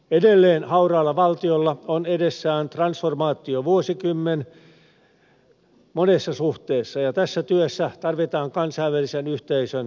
edelleen hauraalla valtiolla on edessään transformaatiovuosikymmen monessa suhteessa ja tässä työssä tarvitaan kansainvälisen yhteisön tukea